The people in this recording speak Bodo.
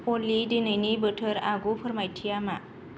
अलि दिनैनि बोथोर आगु फोरमायथिया मा